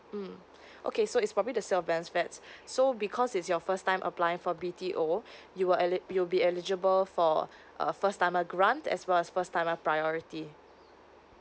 mm okay so is probably the sales of balance flat so because is your first time applying for B_T_O you will el~ you will be eligible for a first timer grant as well as first timer priority